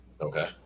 Okay